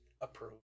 approved